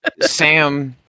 sam